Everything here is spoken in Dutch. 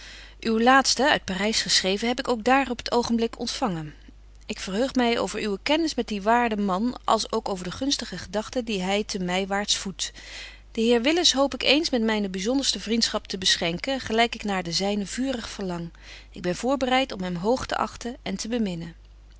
uw laatsten uit parys geschreven heb ik ook daar op t oogenblik ontfangen ik verheug my over uwe kennis met dien waarden man als ook over de gunstige gedagten die hy te mywaards voedt den heer willis hoop ik eens met myne byzonderste vriendschap te beschenken gelyk ik naar de zyne vurig verlang ik ben voorbereit om hem hoog te achten en te beminnen